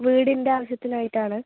വീടിൻ്റെ ആവശ്യത്തിനായിട്ടാണ്